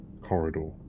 corridor